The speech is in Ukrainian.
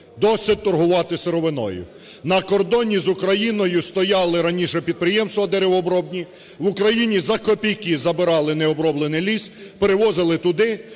Досить торгувати сировиною! На кордоні з Україною стояли раніше підприємства деревообробні, в Україні за копійки забирали необроблений ліс, перевозили туди